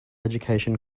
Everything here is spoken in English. education